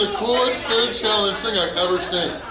ah coolest food challenge thing i've ever seen!